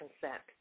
consent